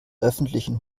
öffentlichen